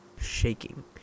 shaking